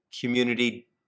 community